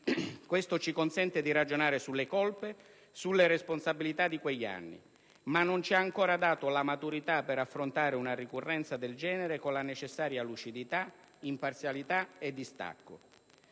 Questo ci consente di ragionare sulle colpe, sulle responsabilità di quegli anni, ma non ci ha ancora dato la maturità per affrontare una ricorrenza del genere con la necessaria lucidità, imparzialità e distacco.